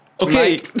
Okay